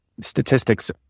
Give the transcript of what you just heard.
statistics